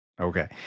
okay